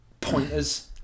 pointers